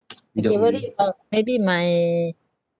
the worry of maybe my